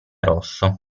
rosso